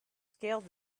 scaled